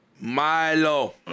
Milo